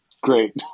Great